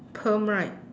perm right